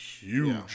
huge